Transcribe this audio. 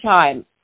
time